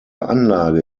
anlage